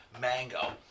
Mango